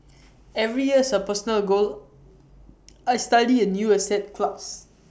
every year as A personal goal I study A new asset class